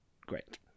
great